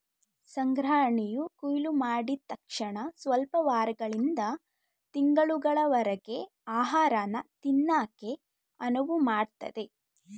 ಸಂಗ್ರಹಣೆಯು ಕೊಯ್ಲುಮಾಡಿದ್ ತಕ್ಷಣಸ್ವಲ್ಪ ವಾರಗಳಿಂದ ತಿಂಗಳುಗಳವರರ್ಗೆ ಆಹಾರನ ತಿನ್ನಕೆ ಅನುವುಮಾಡ್ತದೆ